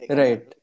right